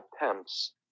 attempts